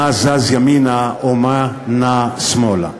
מה זז ימינה או מה נע שמאלה.